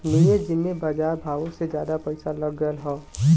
निवेस जिम्मे बजार भावो से जादा पइसा लग गएल हौ